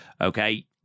Okay